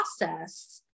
process